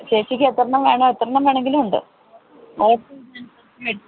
ചേച്ചിക്ക് എത്ര എണ്ണം വേണം എത്ര എണ്ണം വേണമെങ്കിലും ഉണ്ട് എ